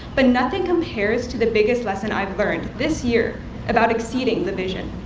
but nothing compares to the biggest lesson i've learned this year about exceeding the vision.